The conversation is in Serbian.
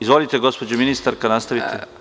Izvolite, gospođo ministarka, nastavite.